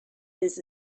his